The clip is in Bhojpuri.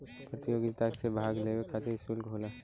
प्रतियोगिता मे भाग लेवे खतिर सुल्क होला